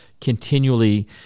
continually